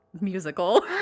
musical